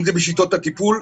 אם זו בשיטות הטיפול,